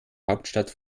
hauptstadt